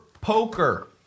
poker